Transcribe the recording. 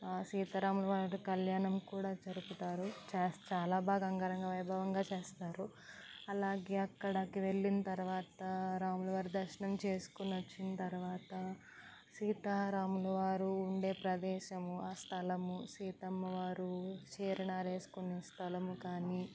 సీతారాముల వారి కళ్యాణం కూడా జరుపుతారు చేస్తా చాలా బాగా అంగరంగ వైభవంగా చేస్తారు అలాగే అక్కడికి వెళ్ళిన తర్వాత రాములవారి దర్శనం చేసుకుని వచ్చిన తర్వాత సీతారాములు వారు ఉండే ప్రదేశం ఆ స్థలం సీతమ్మవారు చీరను ఆరేసుకున్న స్థలం కానీ